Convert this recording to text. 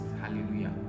Hallelujah